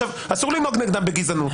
אסור לנהוג נגדם בגזענות,